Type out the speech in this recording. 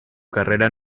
carrera